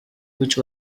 which